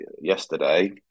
yesterday